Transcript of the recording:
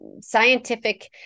scientific